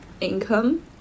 income